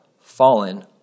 fallen